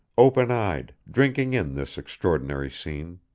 open-eyed, drinking in this extraordinary scene.